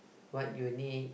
what you need